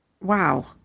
Wow